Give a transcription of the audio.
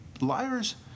liars